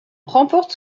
remporte